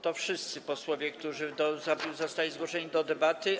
To byli wszyscy posłowie, którzy zostali zgłoszeni do debaty.